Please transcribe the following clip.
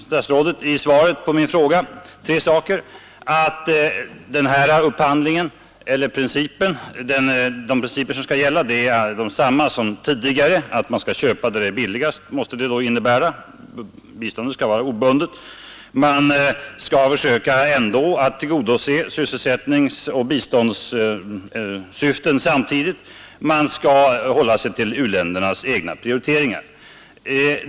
Statsrådet säger i sitt svar på min enkla fråga tre saker. 1) De principer som skall gälla är desamma som tidigare, biståndet skall vara obundet, 2) det går bra att samtidigt tillgodose sysselsättningsoch biståndssyften och 3) man skall hålla sig till u-ländernas egna prioriteringar.